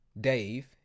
dave